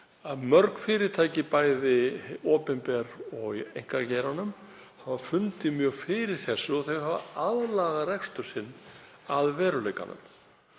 að mörg fyrirtæki, bæði opinber og í einkageiranum, hafa fundið mjög fyrir því og þau hafa lagað rekstur sinn að veruleikanum.